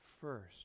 first